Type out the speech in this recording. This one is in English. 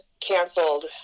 canceled